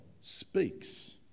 speaks